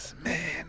Man